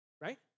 Right